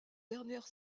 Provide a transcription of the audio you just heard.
dernière